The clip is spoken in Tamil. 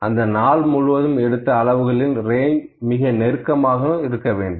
அந்த நாள் முழுவதும் எடுத்த அளவுகளிலும் ரேஞ்ச் மிக நெருக்கமாக இருக்க வேண்டும்